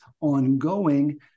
ongoing